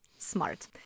smart